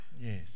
Yes